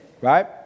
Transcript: right